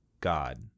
God